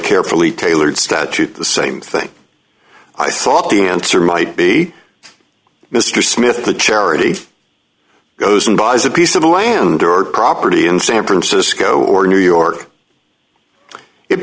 carefully tailored statute the same thing i thought the answer might be mr smith the charity goes and buys a piece of land or property in san francisco or new york it